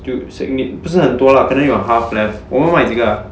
就不是很多 lah 可能有 half left 我们买几个 ah